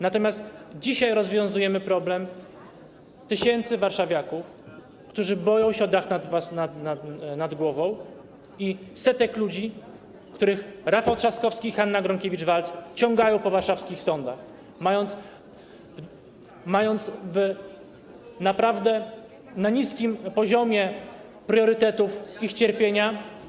Natomiast dzisiaj rozwiązujemy problem tysięcy warszawiaków, którzy boją się o dach nad głową, setek ludzi, których Rafał Trzaskowski i Hanna Gronkiewicz-Waltz ciągają po warszawskich sądach, mając naprawdę na niskim poziomie priorytetów ich cierpienia.